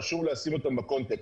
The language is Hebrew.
חשוב לשים אותם בקונטקסט,